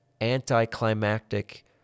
anticlimactic